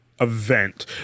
event